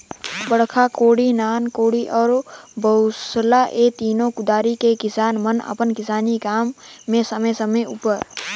बड़खा कोड़ी, नान कोड़ी अउ बउसली ए तीनो कुदारी ले किसान मन अपन किसानी काम मे समे समे उपर